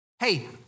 Hey